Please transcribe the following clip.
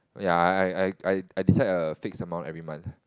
ya I I I decide a fixed amount every month